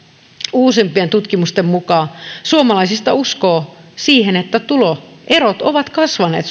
uusimpien tutkimusten mukaan uskoo siihen että tuloerot ovat kasvaneet